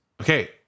Okay